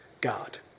God